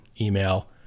email